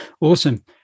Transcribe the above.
awesome